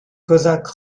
cosaques